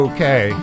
Okay